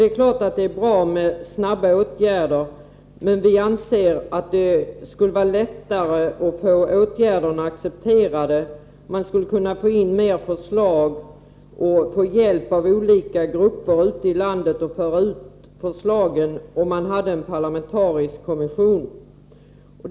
Det är klart att det är bra med snabba åtgärder, men vi anser att det skulle vara lättare att få åtgärderna accepterade, att man skulle kunna få in fler förslag och att man skulle kunna få hjälp av olika grupper ute i landet att föra ut förslagen, om man hade en parlamentarisk kommission.